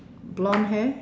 blonde hair